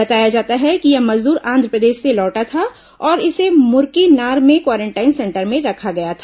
बताया जाता है कि यह मजदूर आंध्रप्रदेश से लौटा था और इसे मुरकीनार में क्वारेंटाइन सेंटर में रखा गया था